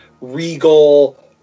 regal